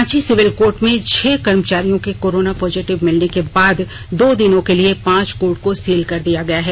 Ranchi civil court में छह कर्मचारियों के कोराना पॉजिटिव मिलने के बाद दो दिनों के लिए पांच कोर्ट को सील कर दिया गया है